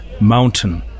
mountain